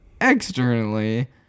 externally